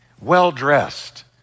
well-dressed